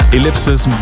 Ellipsis